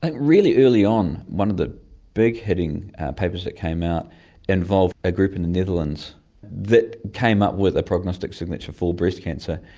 ah really early on one of the big-hitting papers that came out involved a group in the netherlands that came up with a prognostic signature for breast cancer,